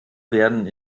werden